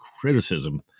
criticism